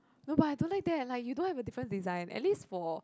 no but I don't like that like you don't have a different design at least for